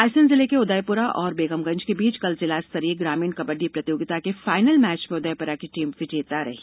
रायसेन जिले के उदयपुरा और बेगमगंज के बीच कल जिला स्तरीय ग्रामीण कबड्डी प्रतियोगिता का फाईनल मैच खेला गया जिसमें उदयपुरा की टीम विजेता रही